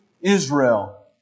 Israel